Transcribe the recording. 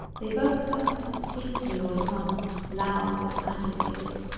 they both started to speak to me all at once, loud and agitated.